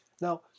Now